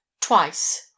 Twice